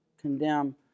condemn